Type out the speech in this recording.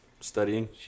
studying